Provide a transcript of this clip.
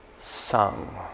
sung